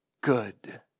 good